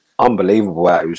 unbelievable